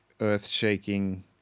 earth-shaking